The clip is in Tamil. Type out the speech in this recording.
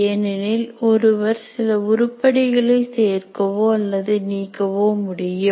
ஏனெனில் ஒருவர் சில உருப்படிகளை சேர்க்கவோ அல்லது நீக்கவோ முடியும்